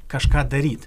kažką daryt